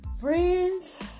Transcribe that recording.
Friends